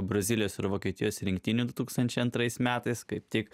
brazilijos ir vokietijos rinktinių du tūkstančiai antrais metais kaip tik